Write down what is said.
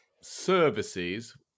Services